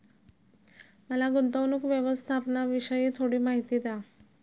मला गुंतवणूक व्यवस्थापनाविषयी थोडी माहिती द्या